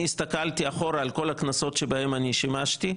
אני הסתכלתי אחורה על כל הכנסות שבהן כיהנתי,